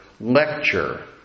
lecture